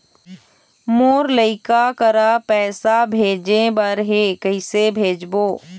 मोर लइका करा पैसा भेजें बर हे, कइसे भेजबो?